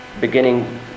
beginning